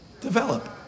develop